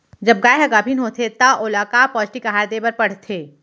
जब गाय ह गाभिन होथे त ओला का पौष्टिक आहार दे बर पढ़थे?